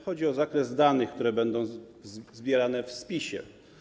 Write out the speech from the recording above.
Chodzi o zakres danych, które będą zbierane w spisie.